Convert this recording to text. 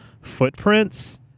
footprints